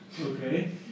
Okay